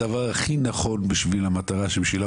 הדבר הכי נכון בשביל המטרה שבשבילה